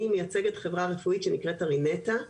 אני מייצגת חברה רפואית שנקראת ארינטה Arineta,